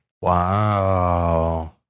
Wow